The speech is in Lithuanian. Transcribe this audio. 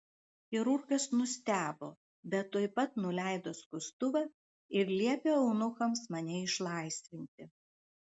chirurgas nustebo bet tuoj pat nuleido skustuvą ir liepė eunuchams mane išlaisvinti